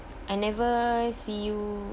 I never see you